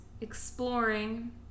exploring